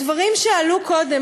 הדברים שעלו קודם,